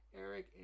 Eric